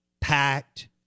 packed